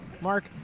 Mark